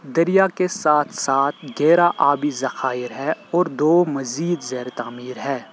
دریا کے ساتھ ساتھ گیرہ آبی ذخائر ہے اور دو مزید زیرِ تعمیر ہے